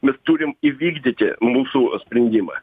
mes turim įvykdyti mūsų sprendimą